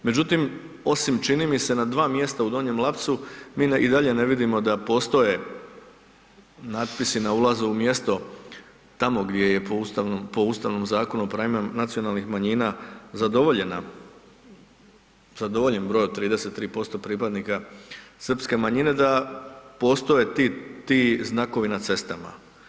Međutim, osim, čini mi se, na dva mjesta u Donjem Lapcu mi i dalje ne vidimo da postoje natpisi na ulazu u mjesto tamo gdje je po Ustavnom Zakonu o pravima nacionalnih manjina zadovoljena, zadovoljen broj od 33% pripadnika srpske manjine da postoje ti, ti znakovi na cestama.